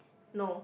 no